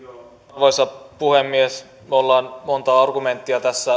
arvoisa puhemies me olemme monta argumenttia tässä